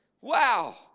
Wow